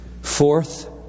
Fourth